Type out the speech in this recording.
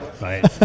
right